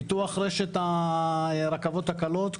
פיתוח רשת הרכבות הקלות.